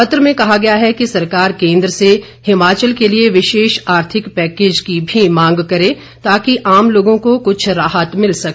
पत्र में कहा गया है कि सरकार केन्द्र से हिमाचल के लिए विशेष आर्थिक पैकेज की भी मांग करें ताकि आम लोगों को कुछ राहत मिल सके